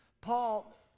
Paul